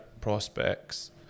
prospects